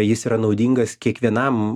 jis yra naudingas kiekvienam